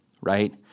Right